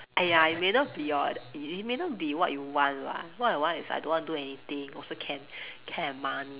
!aiya! it may not be your it it may not be what you want [what] what I want is I don't want do anything also can can have money